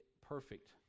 perfect